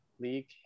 league